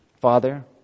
Father